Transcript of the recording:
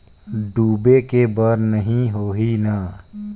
डूबे के बर नहीं होही न?